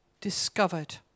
discovered